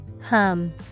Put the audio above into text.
Hum